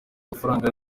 amafaranga